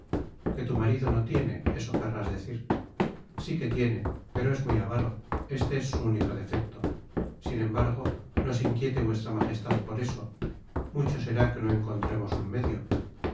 que tu marido no tiene eso querrás decir si que tiene pero es muy avaro este es su único defecto sin embargo no se inquiete vuestra majestad por eso mucho será que no encontremos un medio